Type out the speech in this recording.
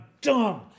dumb